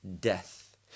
death